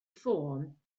ffôn